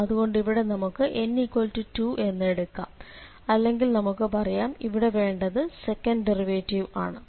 അതു കൊണ്ട് ഇവിടെ നമുക്ക് n2 എന്ന് എടുക്കാം അല്ലെങ്കിൽ നമുക്ക് പറയാം ഇവിടെ വേണ്ടത് സെക്കന്റ് ഡെറിവേറ്റിവ് ആണ്